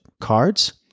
cards